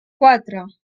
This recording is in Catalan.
quatre